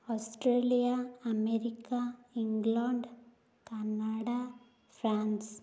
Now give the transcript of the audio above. Australia America England Canada France